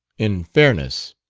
in fairness.